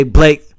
Blake